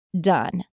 done